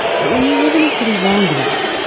but when you live in a city long enough,